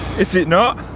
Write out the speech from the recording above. is it not?